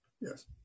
Yes